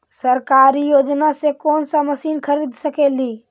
सरकारी योजना से कोन सा मशीन खरीद सकेली?